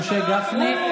תודה, חבר הכנסת משה גפני.